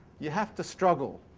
you have to struggle,